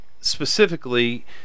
specifically